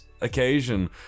occasion